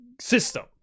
system